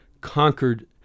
conquered